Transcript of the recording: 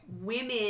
women